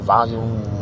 Volume